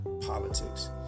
politics